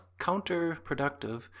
counterproductive